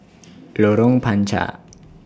Lorong Panchar